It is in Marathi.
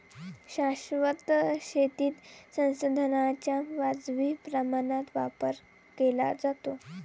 शाश्वत शेतीत संसाधनांचा वाजवी प्रमाणात वापर केला जातो